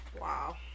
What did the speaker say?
Wow